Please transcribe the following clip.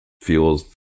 fuels